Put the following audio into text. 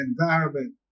environment